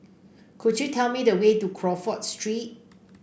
could you tell me the way to Crawford Street